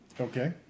Okay